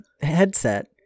headset